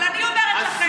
אבל אני אומרת לכם,